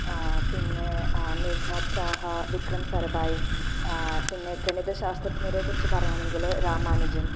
പിന്നെ മേഘ്നാഥ് സാഹ വിക്രം സാരാഭായ് പിന്നെ ഗണിത ശാസ്ത്രഞ്ജരെക്കുറിച്ച് പറയുകയാണെങ്കിൽ രാമാനുജൻ